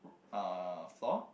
uh floor